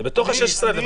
זה בתוך המכסה.